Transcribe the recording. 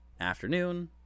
afternoon